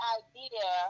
idea